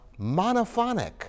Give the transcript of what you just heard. monophonic